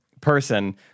person